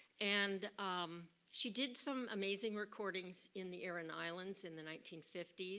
and um she did some amazing recordings in the aran islands in the nineteen fifty